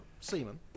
semen